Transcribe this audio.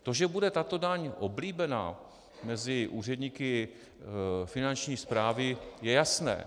To, že bude tato daň oblíbená mezi úředníky Finanční správy, je jasné.